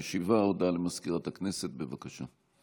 הודעה למזכירת הכנסת, בבקשה.